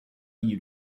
you